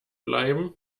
bleiben